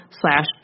slash